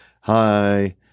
hi